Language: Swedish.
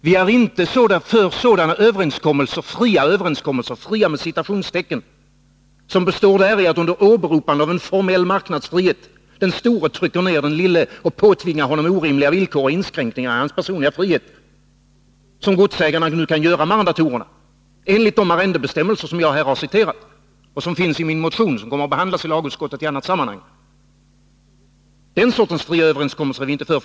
Vi är inte för sådana ”fria” överenskommelser som består däri att under åberopande av en formell marknadsfrihet den store trycker ner den lille och påtvingar honom orimliga villkor och inskränkningar i hans personliga frihet, som godsägarna nu kan göra med arrendatorerna, enligt de arrendebestämmelser som jag här har citerat och som finns i min motion som kommer att behandlas i lagutskottet i annat sammanhang. Den sortens ”fria” överenskommelser är vi inte för.